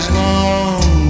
long